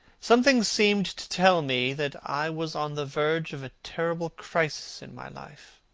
something seemed to tell me that i was on the verge of a terrible crisis in my life.